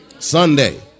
Sunday